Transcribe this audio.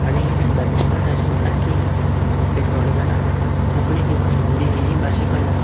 आनी बरेंच वेळार अशें जाता की ते थोडे जाणांक कोंकणी किंवां हिंदी ही भाशा ही कळना